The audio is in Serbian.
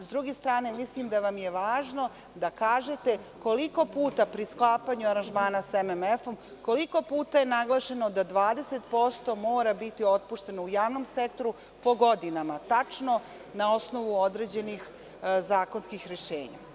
S druge strane, mislim da vam je važno da kažete koliko puta pri sklapanju aranžmana s MMF-om je naglašeno da 20% mora biti otpušteno u javnom sektoru, po godinama, tačno, na osnovu određenih zakonskih rešenja.